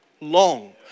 long